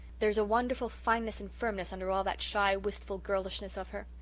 there's a wonderful fineness and firmness under all that shy, wistful girlishness of her.